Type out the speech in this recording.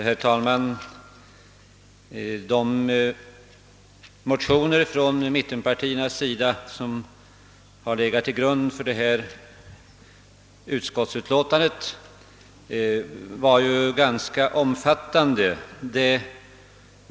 Herr talman! De motioner från mittenpartierna som ligger till grund för detta utlåtande var ganska omfattande.